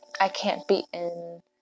I-can't-be-in